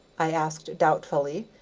i asked doubtfully,